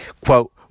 Quote